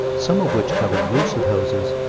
some of which covered roofs of houses,